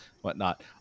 whatnot